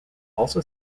also